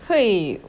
会